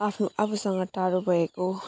आफ्नो आफूसँग टाढो भएको